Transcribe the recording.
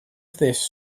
this